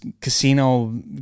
casino